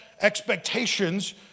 expectations